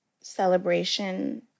celebration